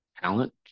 talent